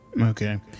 Okay